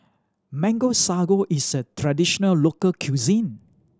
Mango Sago is a traditional local cuisine